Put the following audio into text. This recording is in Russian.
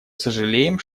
сожалеем